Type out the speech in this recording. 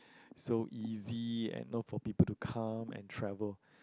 so easy and not for people to come and travel